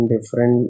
different